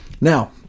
Now